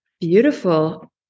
beautiful